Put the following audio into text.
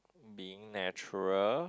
being natural